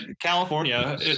California